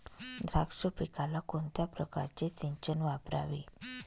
द्राक्ष पिकाला कोणत्या प्रकारचे सिंचन वापरावे?